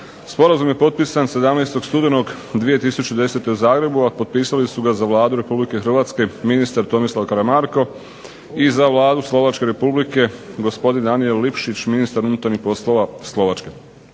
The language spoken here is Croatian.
Sporazum je potpisan 17. studenog 2010. u Zagrebu, a potpisali su ga za Vladu Republike Hrvatske ministar Tomislav Karamarko i za Vladu Slovačke Republike gospodin Danijel Lipšić, ministar unutarnjih poslova Slovačke.